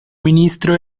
ministro